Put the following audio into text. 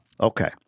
Okay